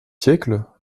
siècles